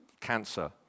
cancer